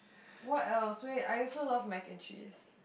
what else wait I also love Mac and Cheese